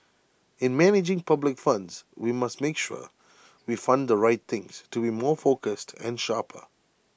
in managing public funds we must make sure we fund the right things to be more focused and sharper